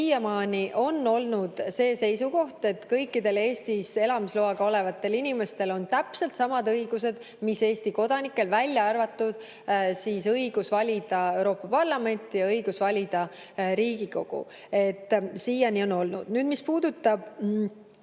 Siiamaani on olnud see seisukoht, et kõikidel Eestis elamisloaga olevatel inimestel on täpselt samad õigused, mis Eesti kodanikel, välja arvatud õigus valida Euroopa Parlamenti ja õigus valida Riigikogu. Siiani on nii olnud. Nüüd, mis puudutab